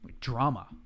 Drama